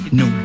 no